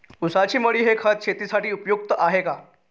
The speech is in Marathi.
ऊसाची मळी हे खत शेतीसाठी उपयुक्त आहे का?